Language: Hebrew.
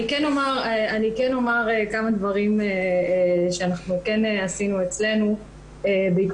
אני כן רוצה להגיד כמה דברים שעשינו אצלנו בעקבות